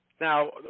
Now